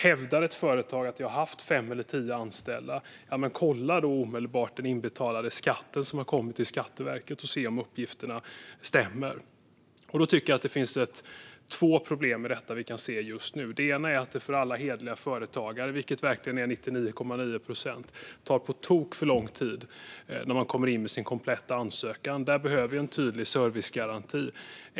Hävdar ett företag att det haft fem eller tio anställda, kolla då omedelbart den inbetalade skatten som har kommit till Skatteverket och se om uppgifterna stämmer! Här tycker jag att det finns två problem vi kan se just nu. Det ena är att det för alla hederliga företagare, vilket verkligen är 99,9 procent, tar på tok för lång tid när man kommer in med sin kompletta ansökan. Där behöver vi en tydlig servicegaranti.